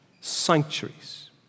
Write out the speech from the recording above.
sanctuaries